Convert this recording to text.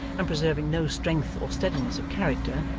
and preserving no strength or steadiness of character,